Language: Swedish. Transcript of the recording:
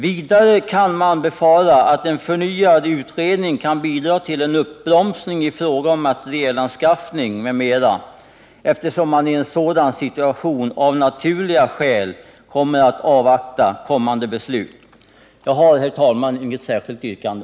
Vidare kan man befara att en förnyad utredning kan bidra till en uppbromsning i fråga om materielanskaffning m.m., eftersom man i en sådan situation av naturliga skäl kommer att avvakta kommande beslut. Jag har, herr talman, inget särskilt yrkande.